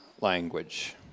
language